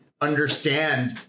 understand